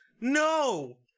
No